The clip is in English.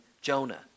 Jonah